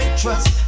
trust